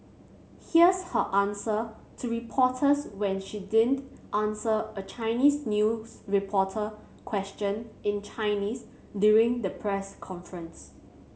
here's her answer to reporters when she didn't answer a Chinese news reporter question in Chinese during the press conference